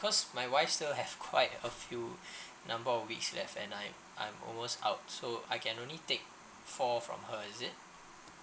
cause my wife still have quite a few number pf weeks left and I I'm almost out so I can only take four from her is it